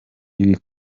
ibi